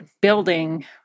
building